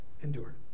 endure